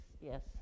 yes